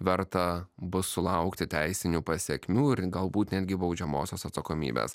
verta bus sulaukti teisinių pasekmių ir galbūt netgi baudžiamosios atsakomybės